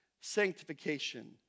sanctification